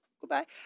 goodbye